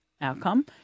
outcome